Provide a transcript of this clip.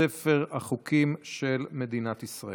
ארבעה חברי כנסת בעד, נגד, אין, נמנעים, אין.